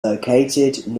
located